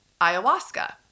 ayahuasca